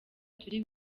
turi